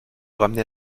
ramener